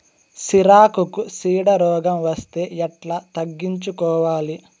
సిరాకుకు చీడ రోగం వస్తే ఎట్లా తగ్గించుకోవాలి?